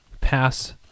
pass